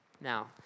Now